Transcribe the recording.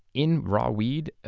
in raw weed,